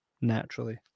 naturally